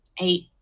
eight